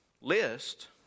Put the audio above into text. List